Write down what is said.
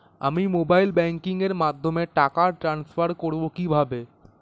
আমি mobile banking এর মাধ্যমে টাকা টান্সফার করব কিভাবে?